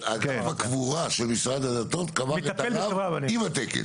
הקבורה של משרד הדתות קבר את הרב עם התקן.